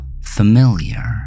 familiar